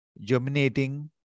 germinating